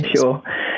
Sure